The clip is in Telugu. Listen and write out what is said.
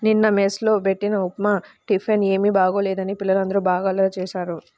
నిన్న మెస్ లో బెట్టిన ఉప్మా టిఫిన్ ఏమీ బాగోలేదని పిల్లలందరూ బాగా అల్లరి చేశారు